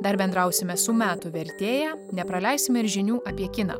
dar bendrausime su metų vertėja nepraleisime ir žinių apie kiną